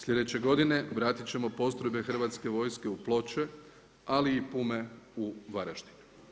Slijedeće godine vratit ćemo postrojbe hrvatske postrojbe u Ploče, ali i Pume u Varaždin.